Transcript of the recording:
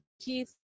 keith